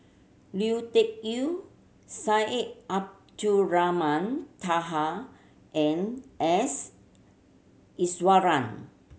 Lui Tuck Yew Syed Abdulrahman Taha and S Iswaran